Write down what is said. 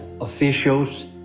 officials